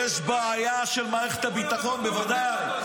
-- יש בעיה של מערכת הביטחון, בוודאי.